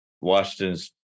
Washington's